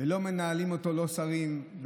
ולא מנהלים אותו שרים,